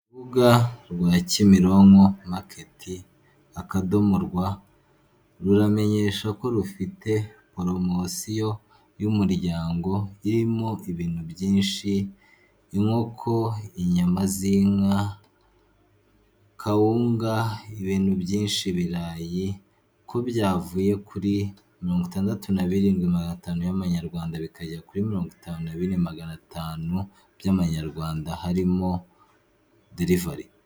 Urubuga rwa Kimironko maketi akadomo rwa, ruramenyesha ko rufite poromosiyo y'umuryango irimo ibintu byinshi inkoko, inyama z'inka, kawunga ibintu byinshii birayi, ko byavuye kuri mirongo itandatu na biridwi magana atanu y'Amanyarwanda bikagera kuri mirongo itanu na bine magana atanu by'Amanyarwanda harimo derivari.